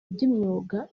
by’imyuga